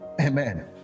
Amen